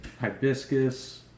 hibiscus